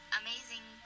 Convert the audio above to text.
amazing